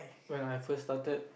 when I first started